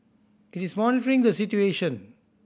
it is monitoring the situation